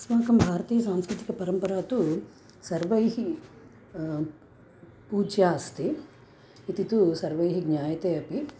अस्माकं भारतीय सांस्कृतिकपरम्परा तु सर्वैः पूज्या अस्ति इति तु सर्वैः ज्ञायते अपि